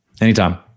Anytime